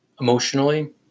Emotionally